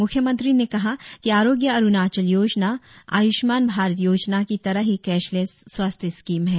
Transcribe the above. मुख्यमंत्री ने कहा कि आरोग्य अरुणाचल योजना आयुष्मान भारत योजना की तरह ही कैशलेस स्वास्थ्य स्कीम है